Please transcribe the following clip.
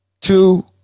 Two